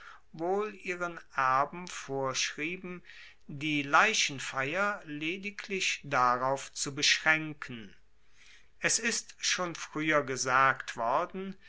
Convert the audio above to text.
wohl ihren erben vorschrieben die leichenfeier lediglich darauf zu beschraenken es ist schon frueher gesagt worden